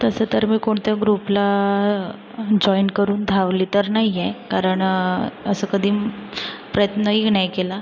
तसं तर मी कोणत्या ग्रुपला जॉईन करून धावले तर नाही आहे कारण असं कधी प्रयत्नही नाही केला